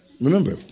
remember